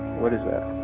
what is that?